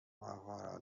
ماهوارهها